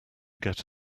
get